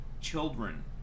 Children